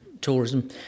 tourism